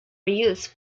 reused